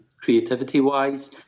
Creativity-wise